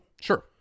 Sure